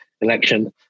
election